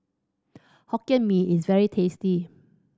Hokkien Mee is very tasty